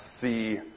see